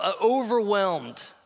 overwhelmed